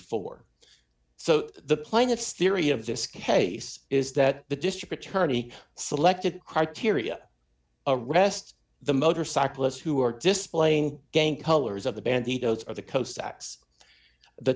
four so the plaintiffs theory of this case is that the district attorney selected criteria a rest the motorcyclists who are displaying gang colors of the banditos of the coast acts the